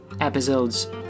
episodes